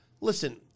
listen